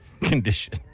condition